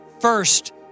first